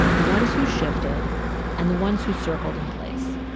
the ones who shifted and the ones who circled in place.